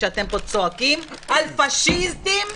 כשאתם צועקים פה על פשיסטים.